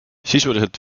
sisuliselt